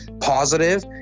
positive